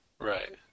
Right